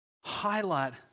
highlight